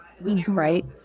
Right